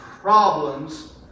problems